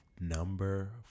Number